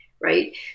Right